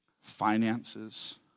Finances